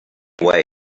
away